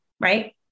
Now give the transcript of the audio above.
right